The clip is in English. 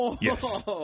Yes